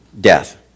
death